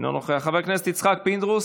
אינו נוכח, חבר הכנסת יצחק פינדרוס,